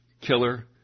killer